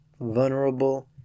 vulnerable